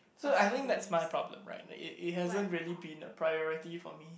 so I think that's my problem right it it haven't really been the priority for me